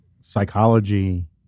psychology